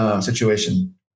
Situation